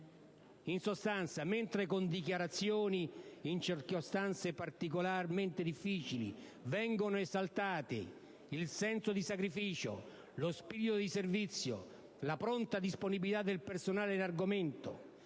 In sostanza, mentre con dichiarazioni in circostanze particolarmente difficili vengono esaltati il senso di sacrificio, lo spirito di servizio, la pronta disponibilità del personale in argomento,